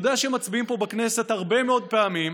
יודע שהם מצביעים פה בכנסת הרבה מאוד פעמים,